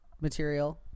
material